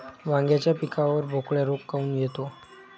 वांग्याच्या पिकावर बोकड्या रोग काऊन येतो?